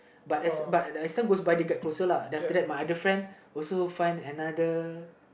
but as but as time goes by they get closer lah then after that my friend also find another